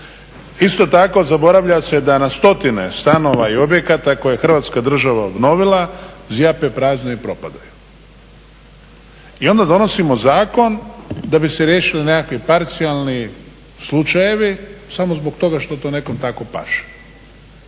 Isto tako zaboravlja se da na stotine stanova i objekata koje je hrvatska država obnovila zjape prazne i propadaju. I onda donosimo zakon da bi se riješili nekakvi parcijalni slučajevi samo zbog toga što to nekom tako paše.